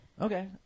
Okay